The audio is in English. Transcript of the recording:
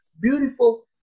beautiful